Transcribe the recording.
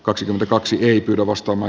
kaksikymmentäkaksi tuomas toma